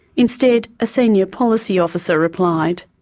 instead, a senior policy officer replied.